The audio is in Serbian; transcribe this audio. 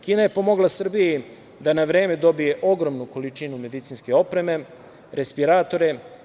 Kina je pomogla Srbiji da na vreme dobije ogromnu količinu medicinske opreme, respiratore.